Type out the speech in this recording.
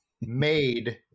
made